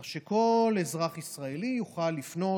כך שכל אזרח ישראלי יוכל לפנות,